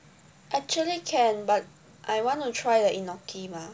actually can but I want to try the enoki mah